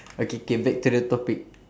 okay K back to the topic